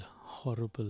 horrible